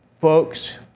folks